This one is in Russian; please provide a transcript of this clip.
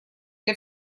для